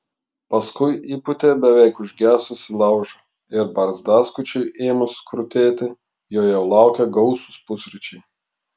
paskui įpūtė beveik užgesusį laužą ir barzdaskučiui ėmus krutėti jo jau laukė gausūs pusryčiai